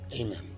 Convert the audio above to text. Amen